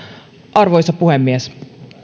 arvoisa puhemies